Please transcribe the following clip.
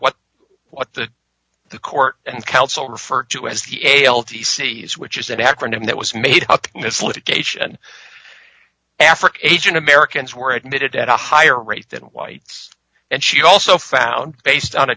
what what the the court and counsel refer to as the l t c s which is an acronym that was made in this litigation africa agent americans were admitted at a higher rate than whites and she also found based on